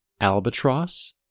albatross